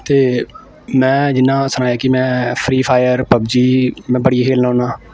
ते में जियां सनाया कि में फ्री फायर पबजी में बड़ियां खेलना होन्नां